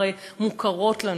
הן הרי מוכרות לנו.